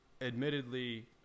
admittedly